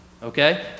Okay